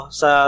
sa